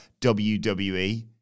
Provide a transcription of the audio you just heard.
WWE